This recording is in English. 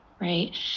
right